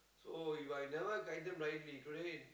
so If I never guide them rightly today